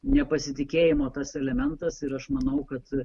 nepasitikėjimo tas elementas ir aš manau kad